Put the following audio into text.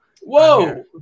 whoa